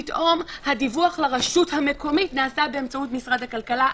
פתאום הדיווח לרשות המקומית נעשה באמצעות משרד הכלכלה.